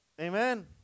Amen